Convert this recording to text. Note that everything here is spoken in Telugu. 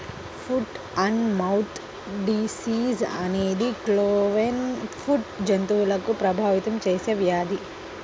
ఫుట్ అండ్ మౌత్ డిసీజ్ అనేది క్లోవెన్ ఫుట్ జంతువులను ప్రభావితం చేసే వ్యాధి